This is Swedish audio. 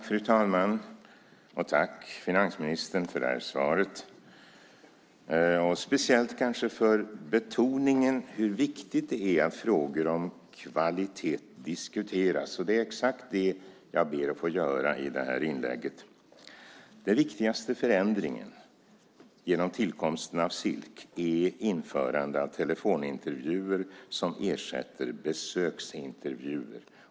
Fru talman! Tack för det här svaret, finansministern, kanske speciellt för betoningen av hur viktigt det är att frågor om kvalitet diskuteras. Det är exakt det jag ber att få göra i det här inlägget. Den viktigaste förändringen genom tillkomsten av SILC är införande av telefonintervjuer som ersätter besöksintervjuer.